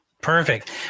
Perfect